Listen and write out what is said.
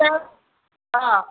તો હા